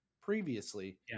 previously